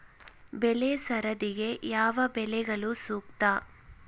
ಬೆಳೆ ಸರದಿಗೆ ಯಾವ ಬೆಳೆಗಳು ಸೂಕ್ತ?